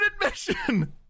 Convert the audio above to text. admission